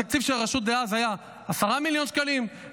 התקציב של הרשות דאז היה 10 מיליון שקלים,